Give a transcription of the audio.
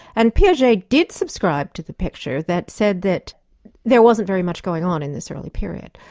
and piaget did subscribe to the picture that said that there wasn't very much going on in this early period.